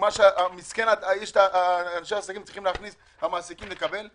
מה שהמעסיקים צריכים לקבל?